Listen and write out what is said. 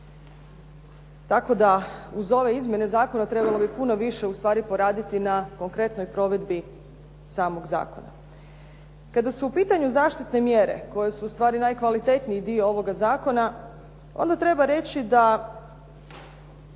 Tako da uz ove izmjena zakona trebalo bi puno više ustvari poraditi na konkretnoj provedbi samog zakona. Kada su u pitanju zaštitne mjere koje su ustvari najkvalitetniji dio ovoga zakona onda treba reći da